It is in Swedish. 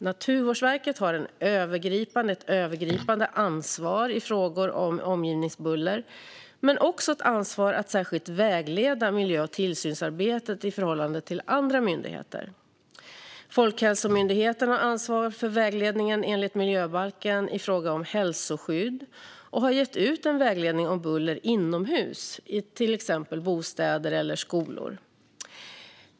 Naturvårdsverket har ett övergripande ansvar i frågor om omgivningsbuller men också ett ansvar för att särskilt vägleda miljö och tillsynsarbetet i förhållande till andra myndigheter. Folkhälsomyndigheten har enligt miljöbalken ansvar för vägledningen i fråga om hälsoskydd och har gett ut en vägledning om buller inomhus i till exempel bostäder och skolor.